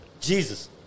Jesus